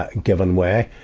ah, giving way.